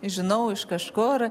žinau iš kažkur